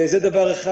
זה דבר אחד.